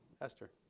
Esther